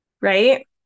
right